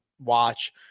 watch